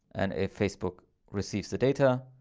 and if facebook receives the data,